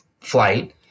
flight